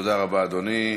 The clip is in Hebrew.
תודה רבה, אדוני.